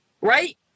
right